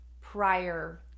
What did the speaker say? prior